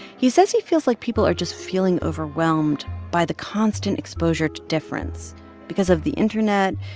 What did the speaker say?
he says he feels like people are just feeling overwhelmed by the constant exposure to difference because of the internet,